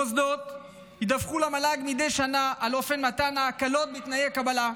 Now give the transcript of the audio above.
המוסדות ידווחו למל"ג מדי שנה על אופן מתן ההקלות בתנאי הקבלה,